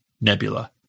nebula